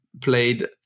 played